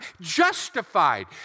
justified